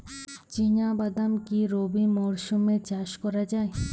চিনা বাদাম কি রবি মরশুমে চাষ করা যায়?